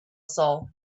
soul